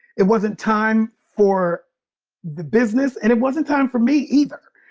it wasn't time for the business. and it wasn't time for me either.